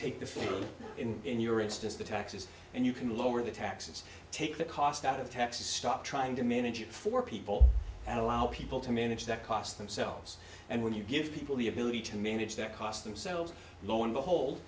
take the food in in your instance the taxes and you can lower the taxes take the cost out of texas stop trying to manage it for people and allow people to manage that cost themselves and when you give people the ability to manage their costs themselves lo and behold